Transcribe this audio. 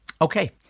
Okay